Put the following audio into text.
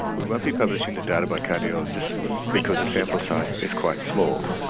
we won't be publishing the data by cardiologist because the sample size is quite small.